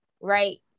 right